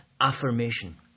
affirmation